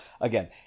again